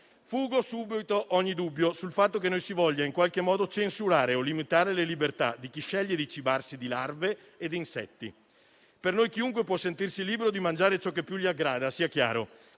Fugo subito ogni dubbio sul fatto che vogliamo in qualche modo censurare o limitare le libertà di chi sceglie di cibarsi di larve ed insetti: per noi chiunque può sentirsi libero di mangiare ciò che più gli aggrada, sia chiaro.